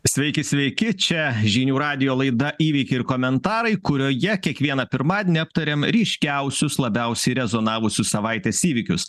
sveiki sveiki čia žinių radijo laida įvykiai ir komentarai kurioje kiekvieną pirmadienį aptariam ryškiausius labiausiai rezonavusius savaitės įvykius